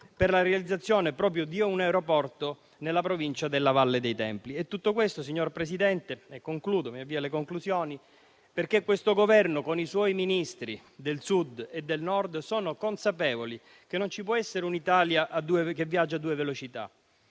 per la realizzazione di un aeroporto nella Provincia della Valle dei Templi. Tutto questo, signor Presidente, perché questo Governo, con i suoi Ministri del Sud e del Nord, è consapevole che non ci può essere un'Italia che viaggia a due velocità.